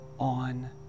on